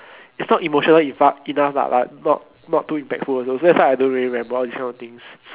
is not emotional it does but not too impactful also so I don't really remember all this kind of things